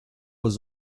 was